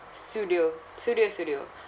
Sudio Sudio Sudio